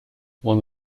one